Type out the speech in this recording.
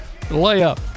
layup